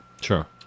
Sure